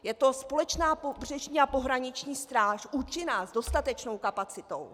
Je to společná pobřežní a pohraniční stráž, účinná s dostatečnou kapacitou.